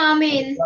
Amen